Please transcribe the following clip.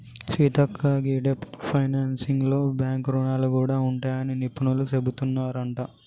సీతక్క గీ డెబ్ట్ ఫైనాన్సింగ్ లో బాంక్ రుణాలు గూడా ఉంటాయని నిపుణులు సెబుతున్నారంట